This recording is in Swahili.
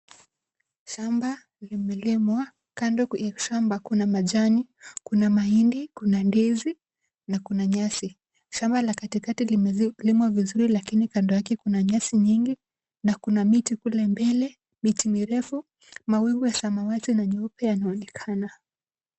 Shamba limelimwa. Kando ya shamba, kuna majani, kuna mahindi, kuna ndizi na kuna nyasi. Shamba la katikati limelimwa vizuri, lakini kando yake kuna nyasi nyingi na kuna miti kule mbele, miti mirefu mawingu ya samawati na nyeupe yanaonekana.